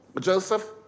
Joseph